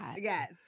Yes